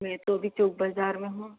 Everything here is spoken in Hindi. मैं तो अभी चौक बाज़ार में हूँ